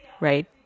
Right